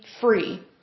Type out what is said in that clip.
free